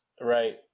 right